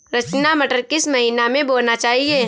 रचना मटर किस महीना में बोना चाहिए?